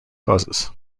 causes